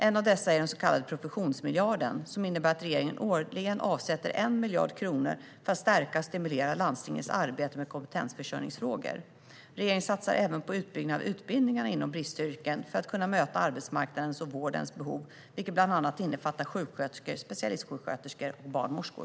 En av dessa är den så kallade professionsmiljarden, som innebär att regeringen årligen avsätter 1 miljard kronor för att stärka och stimulera landstingens arbete med kompetensförsörjningsfrågor. Regeringen satsar även på utbyggnad av utbildningar inom bristyrken för att kunna möta arbetsmarknadens och vårdens behov, vilket bland annat innefattar sjuksköterskor, specialistsjuksköterskor och barnmorskor.